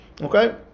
okay